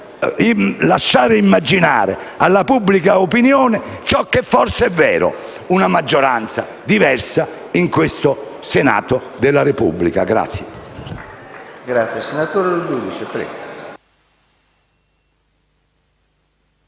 lasciar immaginare alla pubblica opinione ciò che forse è vero: una maggioranza diversa in questo Senato della Repubblica. *(Applausi del senatore Quagliariello)*.